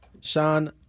Sean